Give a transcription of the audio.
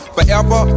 Forever